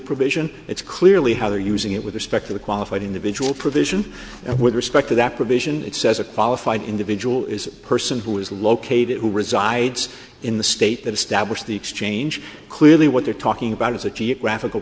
provision it's clearly how they're using it with respect to the qualified individual provision and with respect to that provision it says a qualified individual is a person who is located who resides in the state that established the exchange clearly what they're talking about is a geographical